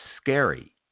scary